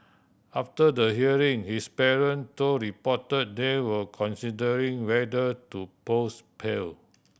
after the hearing his parent told reporter they were considering whether to post pail